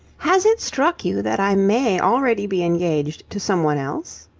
has it struck you that i may already be engaged to someone else?